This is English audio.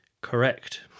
Correct